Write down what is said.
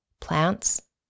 plants